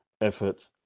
effort